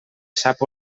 sap